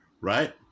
right